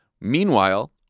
Meanwhile